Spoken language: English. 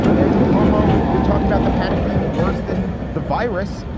andrew cuomo was talking about the panic being worse than the virus.